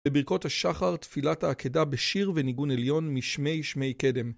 בברכות השחר תפילת העקדה בשיר וניגון עליון משמי שמי קדם.